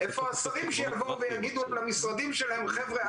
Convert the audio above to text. איפה השרים שיבואו ויגידו מהמשרדים שלהם: חבר'ה,